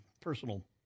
personal